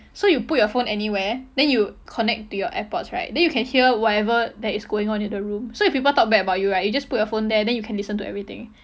so you put your phone anywhere then you connect to your airpods right then you can hear whatever that is going on in the room so if people talk bad about you right you just put your phone there then you can listen to everything